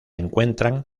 encuentran